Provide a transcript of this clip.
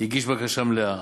הגיש בקשה מלאה